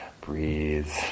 breathe